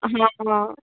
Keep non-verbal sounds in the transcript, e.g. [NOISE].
[UNINTELLIGIBLE]